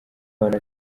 bantu